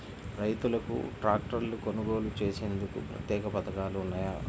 రైతులకు ట్రాక్టర్లు కొనుగోలు చేసేందుకు ప్రత్యేక పథకాలు ఉన్నాయా?